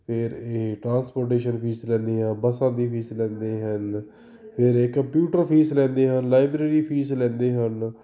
ਫਿਰ ਇਹ transportation fees ਲੈਂਦੇ ਆ ਬੱਸਾਂ ਦੀ ਫੀਸ ਲੈਂਦੇ ਹਨ ਫਿਰ ਇਹ ਕੰਪਿਊਟਰ ਫੀਸ ਲੈਂਦੇ ਹਨ ਲਾਈਬ੍ਰੇਰੀ ਫੀਸ ਲੈਂਦੇ ਹਨ